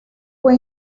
fue